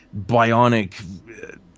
bionic